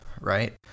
right